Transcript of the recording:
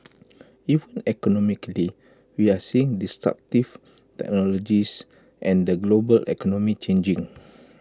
even economically we're seeing destructive technologies and the global economy changing